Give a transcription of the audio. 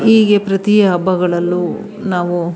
ಹೀಗೆ ಪ್ರತಿ ಹಬ್ಬಗಳಲ್ಲೂ ನಾವು